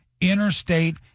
Interstate